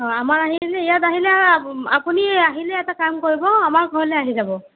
অ আমাৰ আহিলে ইয়াত আহিলে আৰু আপুনি আহিলে এটা কাম কৰিব আমাৰ ঘৰলৈ আহি যাব